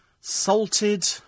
salted